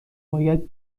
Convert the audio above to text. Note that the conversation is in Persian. باید